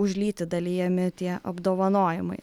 už lytį dalijami tie apdovanojimai